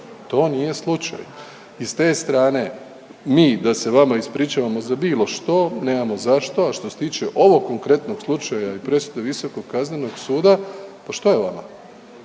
To nije slučaj i s te strane, mi da se vama ispričamo, ma za bilo što, nemamo za što, a što se tiče ovog konkretnog slučaja i presude Visokog kaznenog suda, pa što je vama?